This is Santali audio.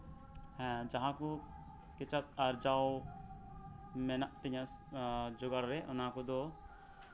ᱦᱮᱸ ᱡᱟᱦᱟᱸ ᱠᱩ ᱠᱮᱪᱟᱜ ᱟᱨᱡᱟᱣ ᱢᱮᱱᱟᱜ ᱛᱤᱧᱟᱹ ᱡᱳᱜᱟᱲ ᱨᱮ ᱚᱱᱟ ᱠᱚᱫᱚ